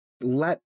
let